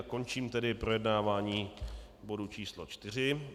Končím projednávání bodu číslo 4.